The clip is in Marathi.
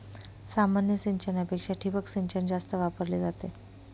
सामान्य सिंचनापेक्षा ठिबक सिंचन जास्त वापरली जाते